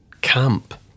camp